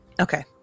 Okay